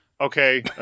okay